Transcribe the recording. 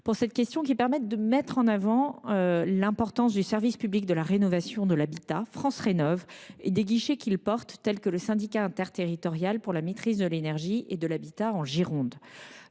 de votre question, qui permet de mettre en évidence l’importance du service public de rénovation de l’habitat, France Rénov’, et des guichets qui le portent, tel le syndicat interterritorial pour la maîtrise de l’énergie et de l’habitat, en Gironde.